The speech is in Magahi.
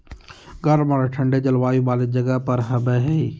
गर्म औरो ठन्डे जलवायु वाला जगह पर हबैय हइ